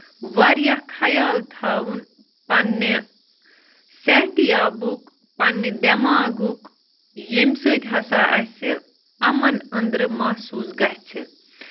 واریاہ خیال تھاوُن پَنٕنہِ صحتیابُک پَنٕنہِ دٮ۪ماغُک ییٚمہِ سۭتۍ ہسا اَسہِ اَمَن أندرٕ محسوٗس گژھِ